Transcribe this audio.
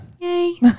Yay